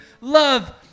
love